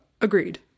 agreed